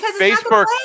facebook